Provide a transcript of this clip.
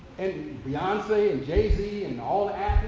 and beyonce and jay z and all